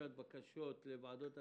בקשות לוועדות השמה.